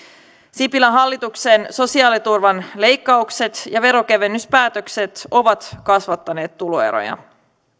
sipilän hallituksen sosiaaliturvan leikkaukset ja veronkevennyspäätökset ovat kasvattaneet tuloeroja